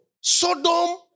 Sodom